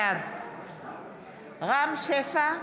בעד רם שפע,